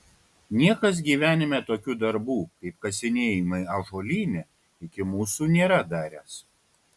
niekas gyvenime tokių darbų kaip kasinėjimai ąžuolyne iki mūsų nėra daręs